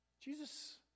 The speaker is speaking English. Jesus